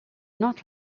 not